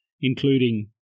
including